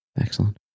Excellent